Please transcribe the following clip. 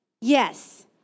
Yes